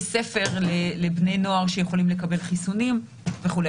ספר לבני נוער שיכולים לקבל חיסונים וכו'.